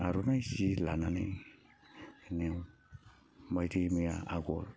आर'नाय जि लानानै मेव बायदि मैया आगर